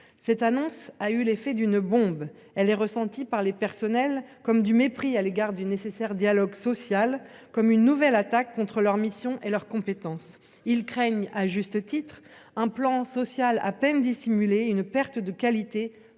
Cette annonce a eu l'effet d'une bombe. Elle est ressentie par les personnels comme du mépris à l'égard du nécessaire dialogue social et comme une nouvelle attaque contre leurs missions et leurs compétences. Ils craignent, à juste titre, un plan social à peine dissimulé et une perte de qualité